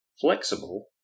flexible